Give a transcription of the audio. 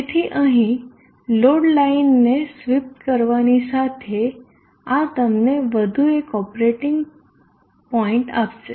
તેથી અહી લોડ લાઈનને સ્વીપ કરવાની સાથે આ તમને વધુ એક ઓપરેટિંગ આપશે